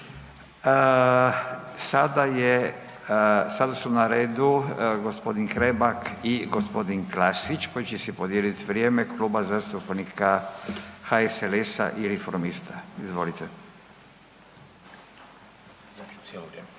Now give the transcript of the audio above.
Sada su na redu gospodin Hrebak i gospodin Krasić koji će si podijeliti vrijeme Kluba zastupnika HSLS-a i Reformista. Izvolite. **Hrebak, Dario